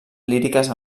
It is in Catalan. líriques